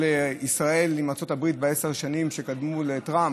לישראל עם ארצות הברית בעשר השנים שקדמו לטראמפ.